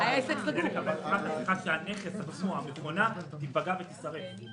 הפחת זה הנכס עצמו, המכונה תיפגע ותישרף.